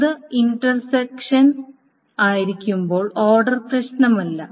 ഇത് ഇൻറ്റർസെക്ഷൻ ആയിരിക്കുമ്പോൾ ഓർഡർ പ്രശ്നമല്ല